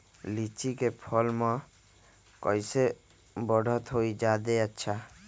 लिचि क फल म कईसे बढ़त होई जादे अच्छा?